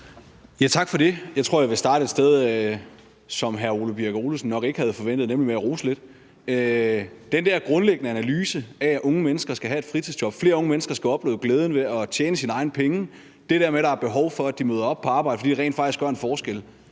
(S): Tak for det. Jeg tror, jeg vil starte et sted, som hr. Ole Birk Olesen nok ikke havde forventet, nemlig med at rose lidt. Den der grundlæggende analyse af, at unge mennesker skal have et fritidsjob, at flere unge mennesker skal opleve glæden ved at tjene deres egne penge, og det der med, at der er behov for, at de møder op på arbejde, fordi det rent faktisk gør en forskel,